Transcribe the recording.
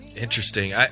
interesting